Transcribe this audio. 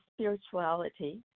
spirituality